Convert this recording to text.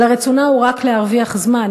אלא רצונה הוא רק להרוויח זמן,